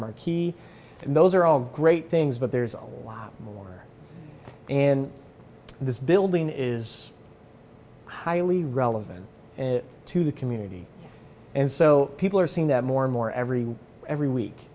marquee and those are all great things but there's a lot more and this building is highly relevant to the community and so people are seeing that more and more every every week